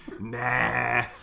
Nah